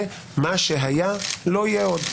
בהקשר הזה, מה שהיה לא יהיה עוד.